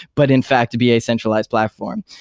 but in fact to be a centralized platform.